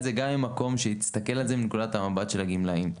זה ממקום שמסתכל על זה מנקודת המבט של הגמלאים.